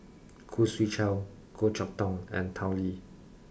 Khoo Swee Chiow Goh Chok Tong and Tao Li